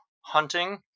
hunting